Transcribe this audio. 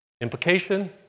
Implication